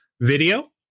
video